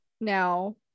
Now